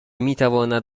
میتواند